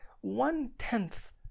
one-tenth